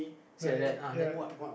no ya ya ya